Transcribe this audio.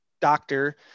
doctor